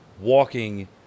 walking